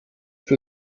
für